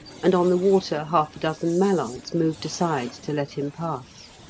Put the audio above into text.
and on the water half a dozen mallards moved aside to let him pass.